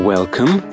Welcome